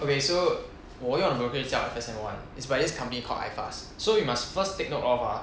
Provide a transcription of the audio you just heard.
okay so 我用的 brokerage 叫 firsthand one it's by this company called ifast so you must first take note of ah